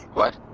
what?